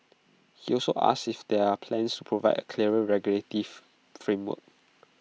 he also asked if there are plans to provide A clearer regulatory framework